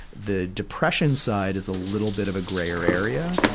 the depression side is a little bit of a grayer area.